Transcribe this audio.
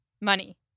Money